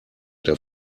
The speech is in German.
der